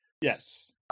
Yes